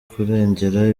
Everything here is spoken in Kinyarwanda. kurengera